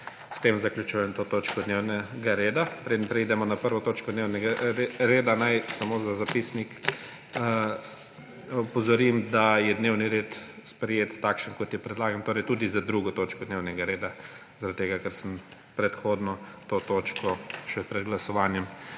S tem zaključujem to točko dnevnega reda. Preden preidemo na 1. točko dnevnega reda, naj samo za zapisnik opozorim, da je dnevni red sprejet takšen, kot je predlagan, torej tudi za 2. točko dnevnega reda, zaradi tega, ker sem predhodno to točko še pred glasovanjem